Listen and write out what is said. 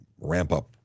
ramp-up